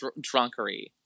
drunkery